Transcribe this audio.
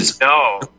No